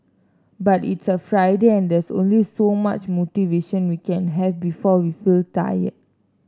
but it's a Friday and there's only so much motivation we can have before we feel tired